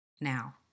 now